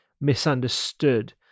misunderstood